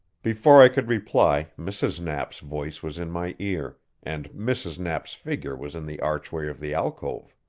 before i could reply, mrs. knapp's voice was in my ear, and mrs. knapp's figure was in the archway of the alcove.